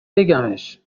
بگمش